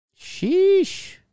Sheesh